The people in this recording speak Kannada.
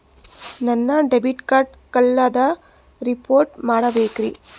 ನನ್ನ ಡೆಬಿಟ್ ಕಾರ್ಡ್ ಕಳ್ದದ ರಿಪೋರ್ಟ್ ಮಾಡಬೇಕ್ರಿ